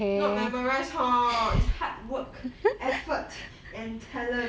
not memorise hor is hard work effort and talent